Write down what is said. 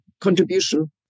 contribution